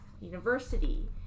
university